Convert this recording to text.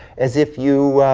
as if you, ah,